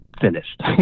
finished